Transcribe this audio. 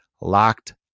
locked